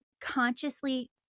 consciously